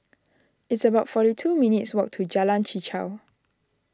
it's about forty two minutes' walk to Jalan Chichau